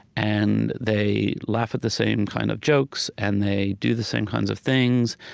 and they laugh at the same kind of jokes, and they do the same kinds of things.